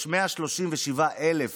יש 137,000